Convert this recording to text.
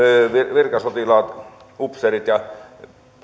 virkasotilaat upseerit ja